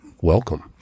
welcome